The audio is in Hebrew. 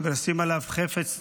ולשים עליו חפץ צהוב: